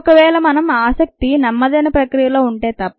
ఒక వేళ మనం ఆసక్తి నెమ్మదైన ప్రక్రియలో ఉంటే తప్ప